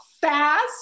fast